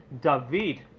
david